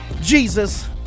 Jesus